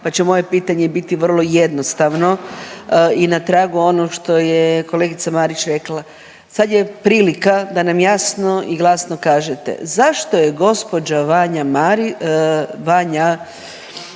pa će moje pitanje biti vrlo jednostavno i na tragu onog što je kolegica Marić rekla, sad je prilika da nam jasno i glasno kažete, zašto je gospođa Vanja